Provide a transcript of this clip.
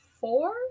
four